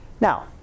Now